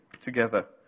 together